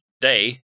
day